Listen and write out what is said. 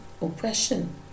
oppression